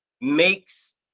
makes